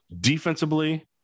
Defensively